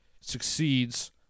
succeeds